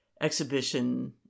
exhibition